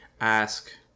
ask